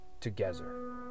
Together